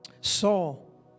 Saul